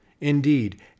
Indeed